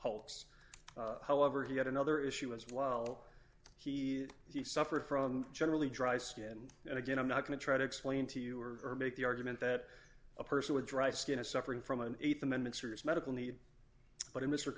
holds however he had another issue as well he he suffered from generally dry skin and again i'm not going to try to explain to you or make the argument that a person with dry skin is suffering from an th amendment serious medical need but in mr